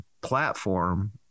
platform